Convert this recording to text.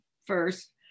first